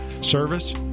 Service